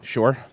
Sure